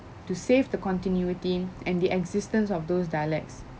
to save the continuity and the existence of those dialects